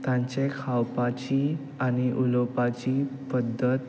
तांचे खावपाची आनी उलोवपाची पद्दत